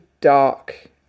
dark